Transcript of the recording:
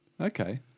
okay